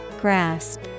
grasp